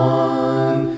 one